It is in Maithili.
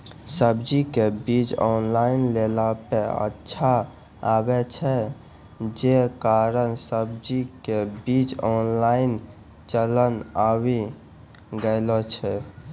सब्जी के बीज ऑनलाइन लेला पे अच्छा आवे छै, जे कारण सब्जी के बीज ऑनलाइन चलन आवी गेलौ छै?